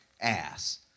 Ass